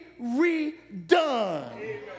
redone